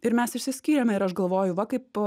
ir mes išsiskyrėme ir aš galvoju va kaip